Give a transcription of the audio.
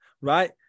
right